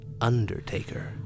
Undertaker